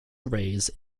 arrays